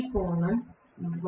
ఈ కోణం 180 γ